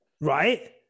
right